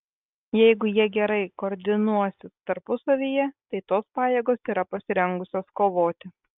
jeigu jie gerai koordinuosis tarpusavyje tai tos pajėgos yra pasirengusios kovoti